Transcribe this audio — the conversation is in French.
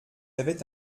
avait